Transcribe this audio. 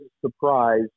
surprise